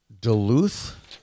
Duluth